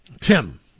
Tim